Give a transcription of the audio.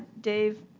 Dave